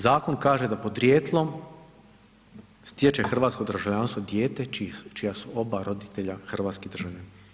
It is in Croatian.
Zakon kaže da podrijetlom stječe hrvatsko državljanstvo dijete čija su oba roditelja hrvatski državljani.